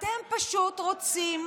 אתם פשוט רוצים